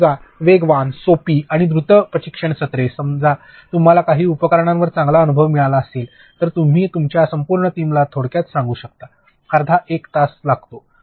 समजा वेगवान सोपी आणि द्रुत प्रशिक्षण सत्रे समजा तुम्हाला काही उपकरणांवर चांगला अनुभव मिळाला असेल तर तुम्ही तुमच्या संपूर्ण टीमला थोडक्यात सांगू शकता अर्धा एक तास लागतो